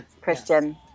Christian